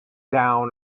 down